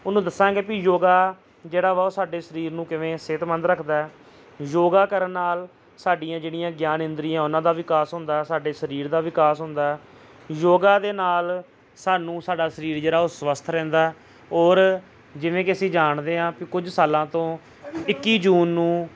ਉਹਨੂੰ ਦੱਸਾਂਗੇ ਵੀ ਯੋਗਾ ਜਿਹੜਾ ਵਾ ਉਹ ਸਾਡੇ ਸਰੀਰ ਨੂੰ ਕਿਵੇਂ ਸਿਹਤਮੰਦ ਰੱਖਦਾ ਯੋਗਾ ਕਰਨ ਨਾਲ ਸਾਡੀਆਂ ਜਿਹੜੀਆਂ ਗਿਆਨ ਇੰਦਰੀਆਂ ਉਹਨਾਂ ਦਾ ਵਿਕਾਸ ਹੁੰਦਾ ਸਾਡੇ ਸਰੀਰ ਦਾ ਵਿਕਾਸ ਹੁੰਦਾ ਯੋਗਾ ਦੇ ਨਾਲ ਸਾਨੂੰ ਸਾਡਾ ਸਰੀਰ ਜਿਹੜਾ ਉਹ ਸਵਸਥ ਰਹਿੰਦਾ ਔਰ ਜਿਵੇਂ ਕਿ ਅਸੀਂ ਜਾਣਦੇ ਹਾਂ ਵੀ ਕੁਝ ਸਾਲਾਂ ਤੋਂ ਇੱਕੀ ਜੂਨ ਨੂੰ